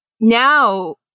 now